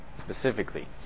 specifically